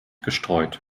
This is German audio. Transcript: gestreut